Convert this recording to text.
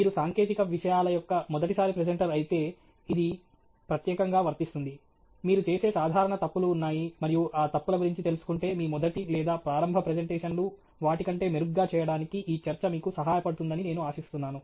మీరు సాంకేతిక విషయాల యొక్క మొదటిసారి ప్రెజెంటర్ అయితే ఇది ప్రత్యేకంగా వర్తిస్తుంది మీరు చేసే సాధారణ తప్పులు ఉన్నాయి మరియు ఆ తప్పుల గురించి తెలుసుకుంటే మీ మొదటి లేదా ప్రారంభ ప్రెజెంటేషన్ లు వాటి కంటే మెరుగ్గా చేయడానికి ఈ చర్చ మీకు సహాయపడుతుందని నేను ఆశిస్తున్నాను